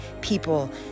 people